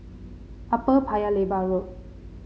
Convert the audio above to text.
Upper Paya Lebar Road